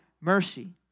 mercy